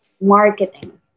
marketing